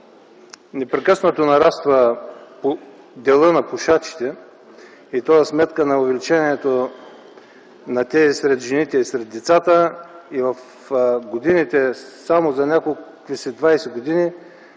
непрекъснато нараства делът на пушачите и то за сметка на увеличението на тези сред жените и сред децата. Само за някакви си 20 години